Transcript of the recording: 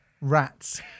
Rats